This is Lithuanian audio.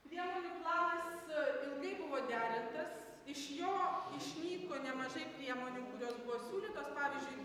priemonių planas ilgai buvo derintas iš jo išnyko nemažai priemonių kurios buvo siūlytos pavyzdžiui